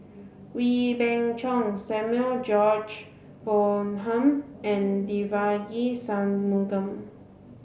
Wee Beng Chong Samuel George Bonham and Devagi Sanmugam